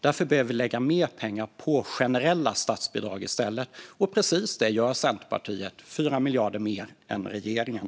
Därför behöver det i stället läggas mer pengar på generella statsbidrag, och precis det gör Centerpartiet. Vi satsar 4 miljarder mer än regeringen.